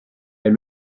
est